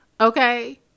okay